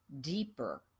deeper